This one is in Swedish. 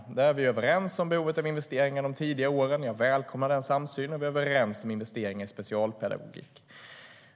Vi är överens om behovet av investeringar de tidiga åren. Jag välkomnar den samsynen, och vi är överens om investeringar i specialpedagogik.